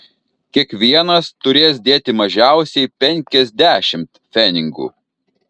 kiekvienas turės dėti mažiausiai penkiasdešimt pfenigų